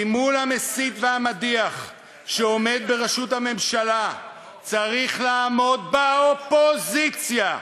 כי מול המסית והמדיח שעומד בראשות הממשלה צריך לעמוד באופוזיציה,